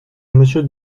monsieur